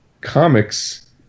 comics